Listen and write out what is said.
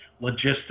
logistics